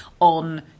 on